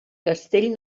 castell